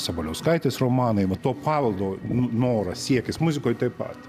sabaliauskaitės romanai va to paveldo no noras siekis muzikoj taip pat